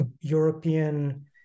European